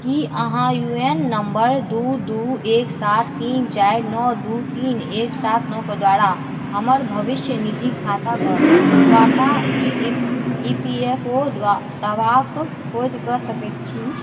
की अहाँ U N number दू दू एक सात तीन चारि नओ दू तीन एक सात नओ कऽ द्वारा हमर भविष्यनिधि खाता कऽ सबटा ई पी एफ ओ दावाक खोज कऽ सकैत छी